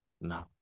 No